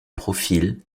profils